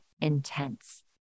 intense